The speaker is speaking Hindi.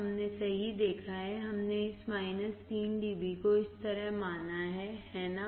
हमने सही देखा है हमने इस 3 dB को इस तरह माना है है ना